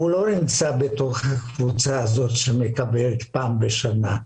הוא לא נמצא בתוך הקבוצה שמקבלת פעם בשנה.